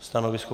Stanovisko?